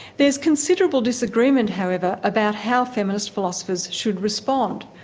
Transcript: there's considerable disagreement however, about how feminist philosophers should respond.